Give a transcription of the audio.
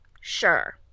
Sure